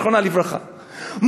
זיכרונה לברכה,